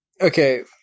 Okay